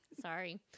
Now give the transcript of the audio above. Sorry